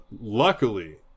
luckily